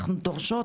אנחנו דורשות,